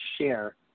share